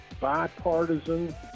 bipartisan